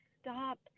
stop